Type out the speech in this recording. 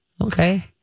Okay